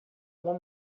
uma